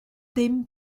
dim